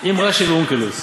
עם רש"י ואונקלוס.